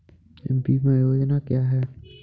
बीमा योजना क्या है?